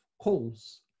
calls